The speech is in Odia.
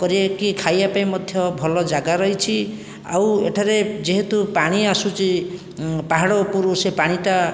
କରି ଖାଇବା ପାଇଁ ମଧ୍ୟ ଭଲ ଜାଗା ରହିଛି ଆଉ ଏଠାରେ ଯେହେତୁ ପାଣି ଆସୁଛି ପାହାଡ଼ ଉପରୁ ସେ ପାଣିଟା